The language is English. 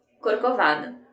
Corcovado